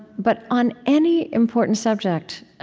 but on any important subject,